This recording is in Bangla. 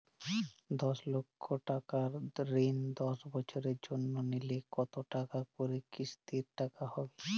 দশ লক্ষ টাকার ঋণ দশ বছরের জন্য নিলে কতো টাকা করে কিস্তির টাকা হবে?